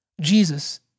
Jesus